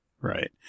Right